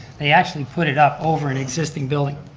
they actually put it up over an existing building.